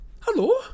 Hello